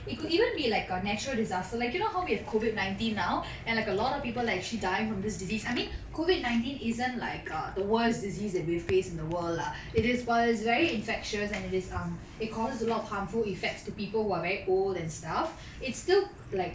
it could even be like a natural disaster like you know how we have COVID nineteen now and like a lot of people are actually dying from this disease I mean COVID nineteen isn't like err the worst disease that we have faced in the world lah it is while it's very infectious and it is um it causes a lot of harmful effects to people who are very old and stuff it still like